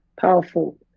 powerful